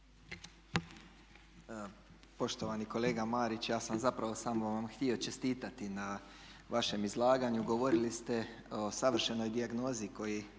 Poštovani kolega Marić, ja sam zapravo samo vam htio čestitati na vašem izlaganju. Govorili ste o savršenoj dijagnozi koju